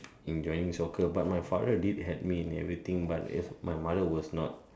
in joining soccer but my father did help me in everything but my mother was not